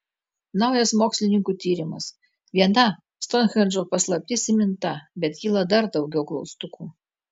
naujas mokslininkų tyrimas viena stounhendžo paslaptis įminta bet kyla dar daugiau klaustukų